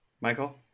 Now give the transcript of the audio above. Michael